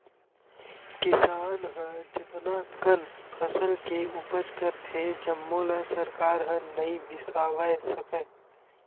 किसान ह जतना कन फसल के उपज करथे जम्मो ल सरकार ह नइ बिसावय सके